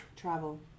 Travel